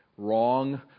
Wrong